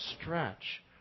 stretch